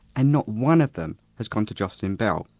and not one of them has gone to jocelyn bell,